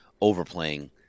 overplaying